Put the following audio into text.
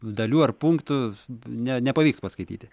dalių ar punktų nepavyks paskaityti